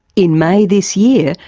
in may this year,